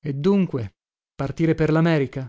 e dunque partire per lamerica